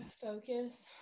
focus